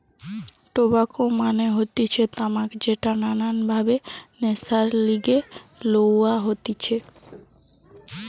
tobacco মানে হতিছে তামাক যেটা নানান ভাবে নেশার লিগে লওয়া হতিছে